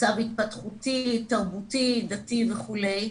מצב התפתחותי, תרבותי דתי וכולי,